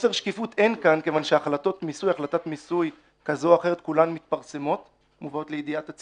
חוסר שקיפות אין כאן כי כל החלטות המיסוי מתפרסמות ומובאות לציבור.